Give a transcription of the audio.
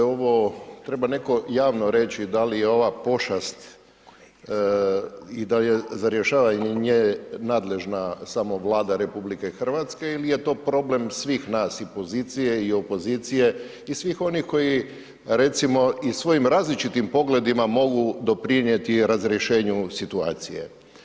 Ovo treba neko javno reći da li je ova pošast i da li je za rješavanje nje nadležna samo Vlada RH ili je to problem svih nas i pozicije i opozicije i svih onih koji recimo i svojim različitim pogledima mogu doprinijeti razrješenju situacije.